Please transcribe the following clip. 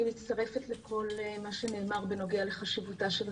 אני מצטרפת לכל מה שנאמר לגבי חשיבותה של התוכנית.